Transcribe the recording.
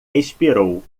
esperou